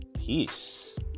Peace